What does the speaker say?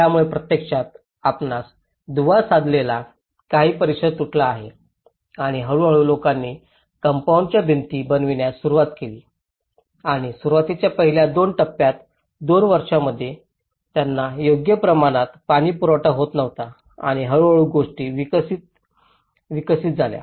त्यामुळे प्रत्यक्षात आपणास दुवा साधलेला काही परिसर तुटला आहे आणि हळूहळू लोकांनी कंपाऊंडच्या भिंती बनवण्यास सुरवात केली आणि सुरुवातीच्या पहिल्या दोन टप्प्यात दोन वर्षांमध्ये त्यांना योग्य प्रमाणात पाणीपुरवठा होत नव्हता आणि हळूहळू गोष्टी विकसित झाल्या